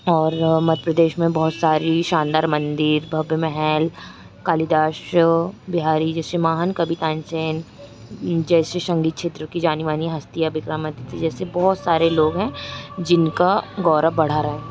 और मध्य प्रदेश में बहुत सारी शानदार मंदिर भव्य महल कालीदास बिहारी जैसे महान कवि तानसेन जैसे संगीत क्षेत्र की जानी मानी हस्तियाँ विक्रमादित्य जैसे बहुत सारे लोग हैं जिनका गौरव बढ़ा रहे